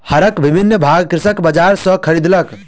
हरक विभिन्न भाग कृषक बजार सॅ खरीदलक